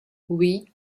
oui